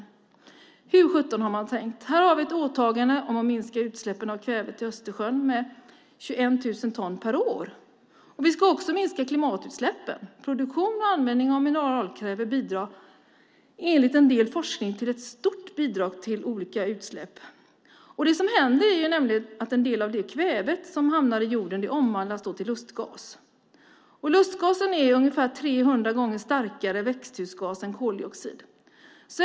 Hur sjutton har man tänkt? Här har vi ett åtagande om att minska utsläppen av kvävet i Östersjön med 21 000 ton per år. Vi ska också minska klimatutsläppen. Produktion och användning av mineralkväve utgör enligt en del forskning ett stort bidrag till olika utsläpp. Det som händer är nämligen att en del av det kväve som hamnar i jorden omvandlas till lustgas. Lustgasen är en ungefär 300 gånger starkare växthusgas än koldioxid.